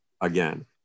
again